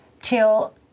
till